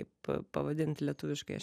kaip pavadint lietuviškai